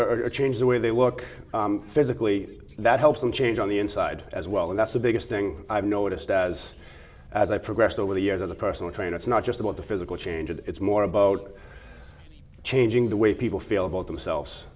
appearance or change the way they work physically that helps them change on the inside as well and that's the biggest thing i've noticed as as i progressed over the years as a personal trainer it's not just about the physical changes it's more about changing the way people feel about themselves